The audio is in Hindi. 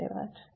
धन्यवाद